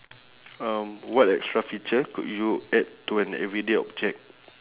um what extra feature could you add to an everyday object